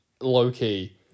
low-key